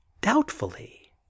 doubtfully